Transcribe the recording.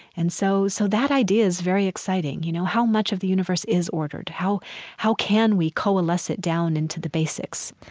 and so so that idea is very exciting. you know, how much of the universe is ordered? how how can we coalesce it down into the basics?